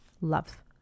love